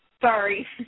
Sorry